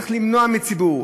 איך למנוע מציבור,